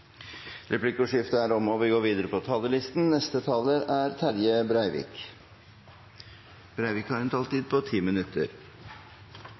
Replikkordskiftet er omme, og vi går tilbake til talerlisten. De talere som heretter får ordet, har en taletid på tre minutter.